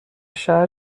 شهر